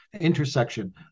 intersection